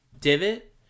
divot